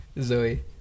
zoe